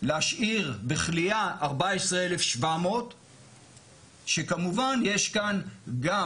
להשאיר בכליאה 14,700 שכמובן יש כאן גם